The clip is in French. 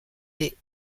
des